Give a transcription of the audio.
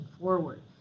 forward